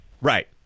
Right